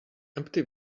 empty